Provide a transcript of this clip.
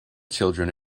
children